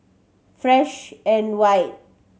Fresh and White